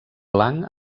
blanc